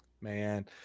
Man